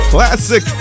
Classic